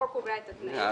החוק קובע את התנאים.